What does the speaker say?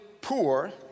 poor